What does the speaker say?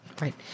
Right